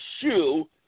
shoe